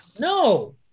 No